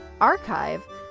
archive